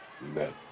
met